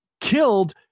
killed